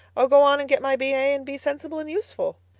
or go on and get my b a. and be sensible and useful.